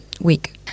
week